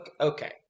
okay